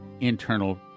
internal